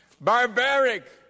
barbaric